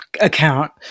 account